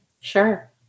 Sure